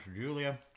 Julia